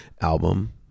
album